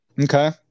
okay